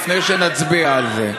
לפני שנצביע על זה.